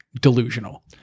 delusional